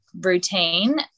routine